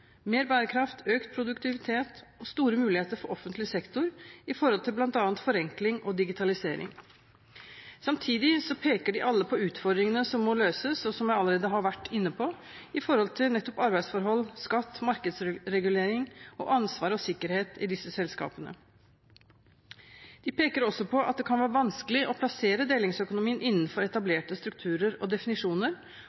mer bærekraft, økt produktivitet og store muligheter for offentlig sektor til bl.a. forenkling og digitalisering. Samtidig peker de alle på utfordringene som må løses, og som jeg allerede har vært inne på, med hensyn til nettopp arbeidsforhold, skatt, markedsregulering og ansvar og sikkerhet i disse selskapene. De peker også på at det kan være vanskelig å plassere delingsøkonomien innenfor